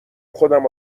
خودم